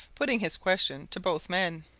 putting his question to both men.